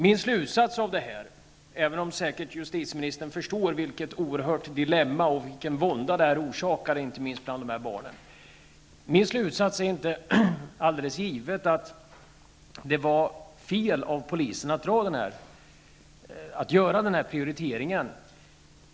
Min slutsats av detta är inte alldeles givet att det var fel av polisen att göra denna prioritering, även om justitieministern säkert förstår vilket dilemma och vilken vånda detta orsakade inte minst bland barnen.